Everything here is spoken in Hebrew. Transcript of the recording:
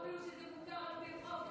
אני לא בטוחה אפילו שזה מותר על פי חוק,